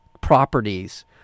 properties